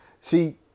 See